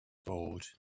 board